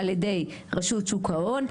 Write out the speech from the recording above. על ידי רשות שוק ההון,